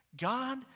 God